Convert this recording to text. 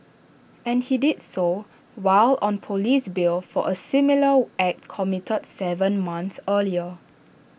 and he did so while on Police bail for A similar act committed Seven months earlier